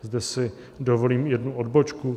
Zde si dovolím jednu odbočku.